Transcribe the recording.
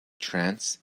trance